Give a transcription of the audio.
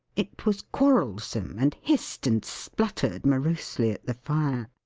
it was quarrelsome and hissed and spluttered morosely at the fire.